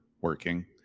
working